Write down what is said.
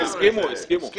הסכימו.